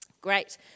Great